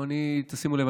תשימו לב,